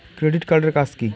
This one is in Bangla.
ক্রেডিট কার্ড এর কাজ কি?